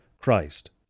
Christ